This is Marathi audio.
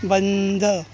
बंद